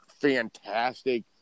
fantastic